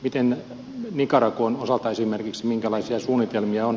miten nicaraguan osalta esimerkiksi minkälaisia suunnitelmia on